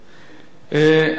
אדוני השר,